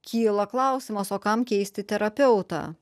kyla klausimas o kam keisti terapeutą